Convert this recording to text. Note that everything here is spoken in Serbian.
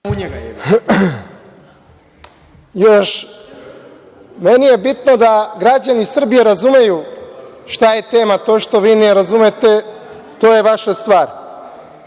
Meni je bitno da građani Srbije razumeju šta je tema. To što vi ne razumete, to je vaša